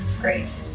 Great